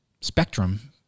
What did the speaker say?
spectrum